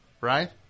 Right